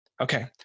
Okay